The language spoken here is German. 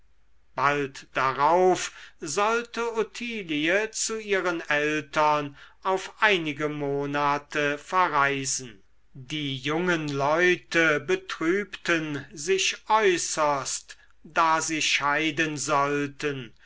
bald darauf sollte ottilie zu ihren eltern auf einige monate verreisen die jungen leute betrübten sich äußerst da sie scheiden sollten